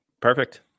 perfect